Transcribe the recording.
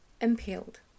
impaled